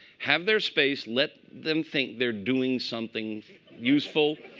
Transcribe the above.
have their space. let them think they're doing something useful,